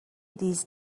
these